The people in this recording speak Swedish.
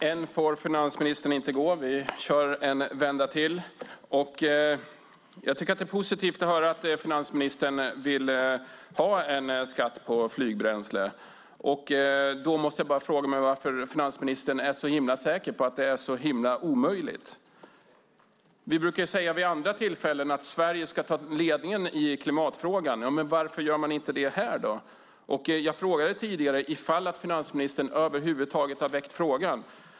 Herr talman! Finansministern får inte gå ännu; vi kör en vända till. Det är positivt att höra att finansministern vill ha en skatt på flygbränslet. Men varför är finansministern så säker på att det är omöjligt? Vid andra tillfällen brukar vi säga att Sverige ska ta ledningen i klimatfrågan. Varför gör man inte det här? Jag frågade tidigare om finansministern över huvud taget har väckt frågan.